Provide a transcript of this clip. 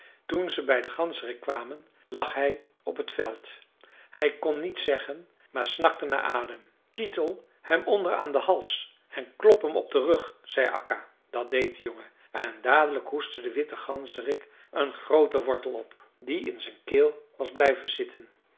toen ze bij den ganzerik kwamen lag hij op het veld hij kon niets zeggen maar snakte naar adem kittel hem onder aan den hals en klop hem op den rug zei akka dat deed de jongen en dadelijk hoestte de witte ganzerik een grooten wortel op die in zijn keel was blijven zitten